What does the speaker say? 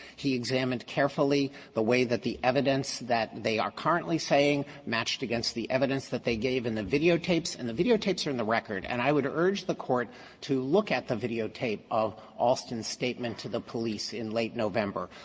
he examined carefully the way that the evidence that they are currently saying matched against the evidence that they gave in the videotapes, and the videotapes are in the record. and i would urge the court to look at the videotape of alston's statement to the police in late november.